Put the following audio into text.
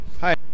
Hi